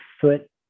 foot